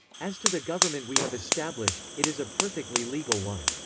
as to the government we have established, it is a perfectly legal one.